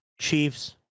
Chiefs